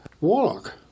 Warlock